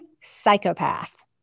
psychopath